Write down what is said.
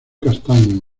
castaño